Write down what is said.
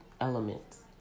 elements